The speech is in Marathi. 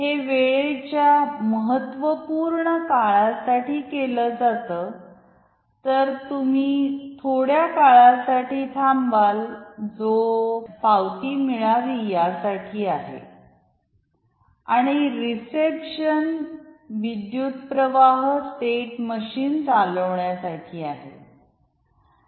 हे वेळेच्या महत्त्वपूर्ण काळासाठी केले जाते तर तुम्ही थोड्या काळासाठी थांबाल जो पावती मिळावी यासाठी आहे आणि रिसेप्शन विद्युत्प्रवाह स्टेट मशीन चालू ठेवण्यासाठी आहे